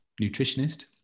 nutritionist